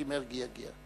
כי מרגי יגיע.